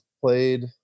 played